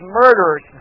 murderers